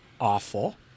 awful